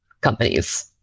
companies